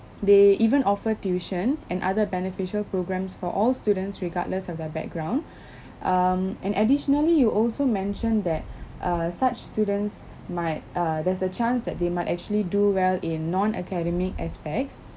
they even offer tuition and other beneficial programmes for all students regardless of their background um and additionally you also mentioned that uh such students might uh there's a chance that they might actually do well in non academic aspects